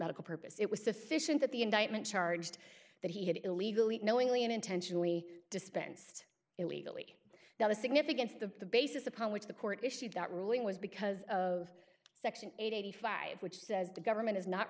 medical purpose it was sufficient that the indictment charged that he had illegally knowingly and intentionally dispensed illegally now the significance of the basis upon which the court issued that ruling was because of section eighty five dollars which says the government is not